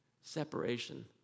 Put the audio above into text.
separation